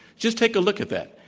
just take a look at that.